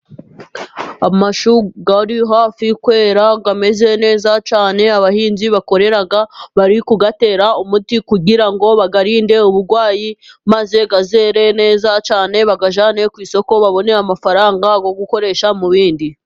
Amashu ari hafi kwera, ameze neza cyane . Abahinzi bakorera bari kuyatera umuti, kugira ngo bayarinde uburwayi, maze azere neza cyane bayajyane ku isoko, babone amafaranga yo gukoresha mu bindi.